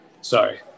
sorry